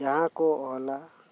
ᱡᱟᱦᱟᱸ ᱠᱚ ᱚᱞᱟ